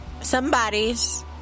Somebody's